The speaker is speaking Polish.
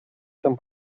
się